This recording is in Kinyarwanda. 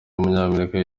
w’umunyamerika